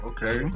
Okay